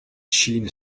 sheen